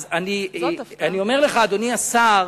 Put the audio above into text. אז אני אומר לך, אדוני השר: